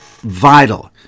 vital